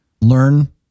learn